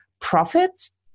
profits